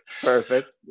Perfect